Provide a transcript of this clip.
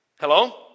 Hello